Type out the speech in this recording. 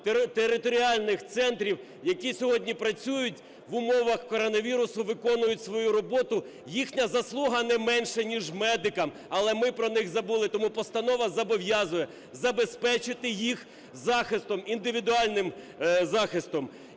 територіальних центрів, які сьогодні працюють в умовах коронавірусу, виконують свою роботу. Їхня заслуга не менша, ніж медиків, але ми про них забули. Тому постанова зобов'язує забезпечити їх захистом, індивідуальним захистом.